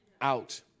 out